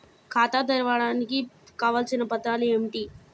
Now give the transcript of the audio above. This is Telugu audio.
ఖాతా తెరవడానికి కావలసిన పత్రాలు ఏమిటి?